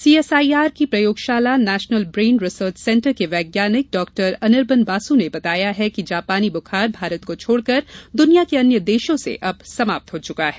CSIR की प्रयोगशाला national brain research centre के वैज्ञानिक डॉक्टर अनिर्बन बासु ने बताया कि जापानी बुखार भारत को छोडकर दुनिया के अन्य देशो से अब समाप्त हो चुका है